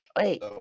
wait